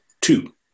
Two